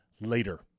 later